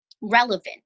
relevant